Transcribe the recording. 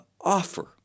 offer